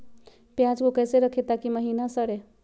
प्याज को कैसे रखे ताकि महिना सड़े?